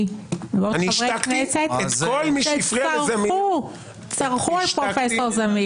ועוד חברי כנסת שצרחו על פרופ' זמיר.